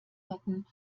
hatten